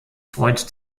freund